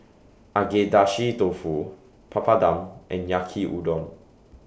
Agedashi Dofu Papadum and Yaki Udon